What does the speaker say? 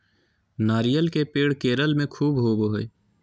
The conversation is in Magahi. नारियल के पेड़ केरल में ख़ूब होवो हय